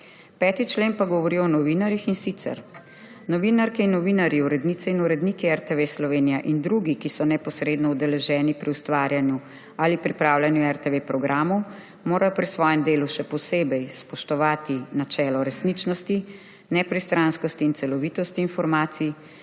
5. člen pa govori o novinarjih, in sicer: novinarke in novinarji, urednice in urednik RTV Slovenija in drugi, ki so neposredno udeleženi pri ustvarjanju ali pripravljanju RTV programov, morajo pri svojem delu še posebej spoštovati načelo resničnosti, nepristranskosti in celovitosti informacij;